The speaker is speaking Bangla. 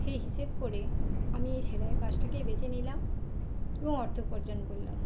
সেই হিসেব করে আমি এই সেলাইয়ের কাজটাকেই বেছে নিলাম এবং অর্থ উপার্জন করলাম